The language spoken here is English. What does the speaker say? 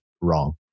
wrong